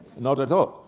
not at all.